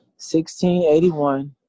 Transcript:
1681